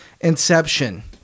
Inception